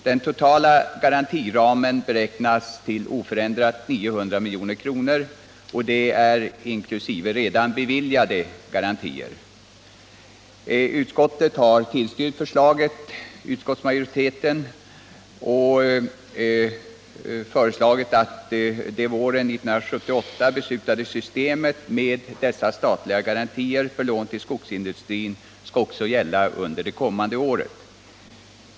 Den totala garantiramen beräknas till oförändrat 900 milj.kr. inkl. redan beviljade garantier. Utskottet har tillstyrkt förslaget och föreslår att det våren 1978 beslutade systemet med dessa statliga garantier för lån till skogsindustrin också skall gälla under det kommande året.